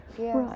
Yes